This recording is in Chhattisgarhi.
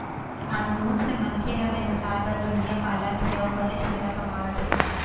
आज बहुत से मनखे ह बेवसाय बर भेड़िया पालत हे अउ बनेच फायदा कमावत हे